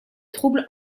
troubles